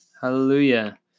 Hallelujah